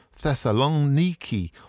Thessaloniki